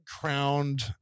crowned